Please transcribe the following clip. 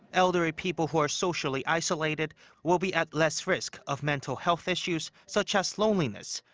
elderly people who are socially isolated will be at less risk of mental health issues such as loneliness,